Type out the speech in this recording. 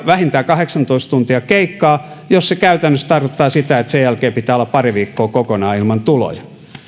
vähintään kahdeksantoista tuntia keikkaa jos se käytännössä tarkoittaa sitä että sen jälkeen pitää olla pari viikkoa kokonaan ilman tuloja